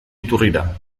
iturrira